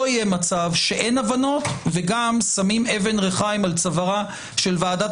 יהיה מצב שאין הבנות וגם שמים אבן ריחיים על צווארה של ועדת